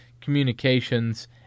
communications